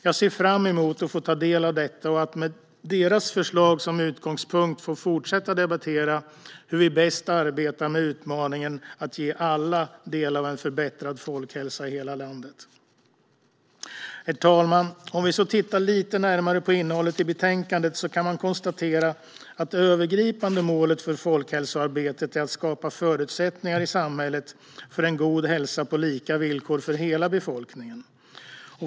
Jag ser fram emot att få ta del av detta och att med deras förslag som utgångspunkt få fortsätta debattera hur vi bäst arbetar med utmaningen att ge alla del av en förbättrad folkhälsa i hela landet. Herr talman! Om vi tittar lite närmare på innehållet i betänkandet kan vi konstatera att det övergripande målet för folkhälsoarbetet är att skapa förutsättningar i samhället för en god hälsa på lika villkor för hela befolkningen.